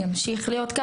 כך ימשיך להיות.